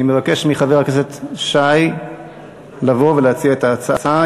אני מבקש מחבר הכנסת שי לבוא ולהציג את ההצעה.